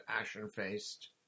ashen-faced